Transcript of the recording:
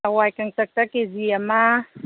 ꯍꯋꯥꯏ ꯀꯥꯡꯇꯛꯇ ꯀꯦ ꯖꯤ ꯑꯃ